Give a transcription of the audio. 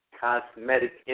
cosmetic